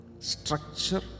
Structure